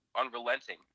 unrelenting